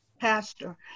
pastor